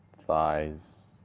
thighs